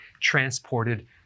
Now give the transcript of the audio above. transported